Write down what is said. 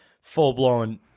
full-blown